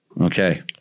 okay